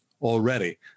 already